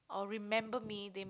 or remember me they